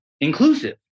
inclusive